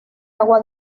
agua